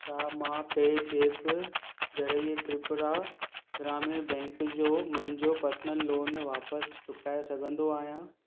छा मां PayZapp ज़रिए त्रिपुरा ग्रामीण बैंक जो मुंहिंजो पर्सनल लोन वापसि चुकाए सघंदो आहियां